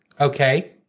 Okay